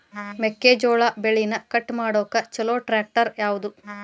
ಮೆಕ್ಕೆ ಜೋಳ ಬೆಳಿನ ಕಟ್ ಮಾಡಾಕ್ ಛಲೋ ಟ್ರ್ಯಾಕ್ಟರ್ ಯಾವ್ದು?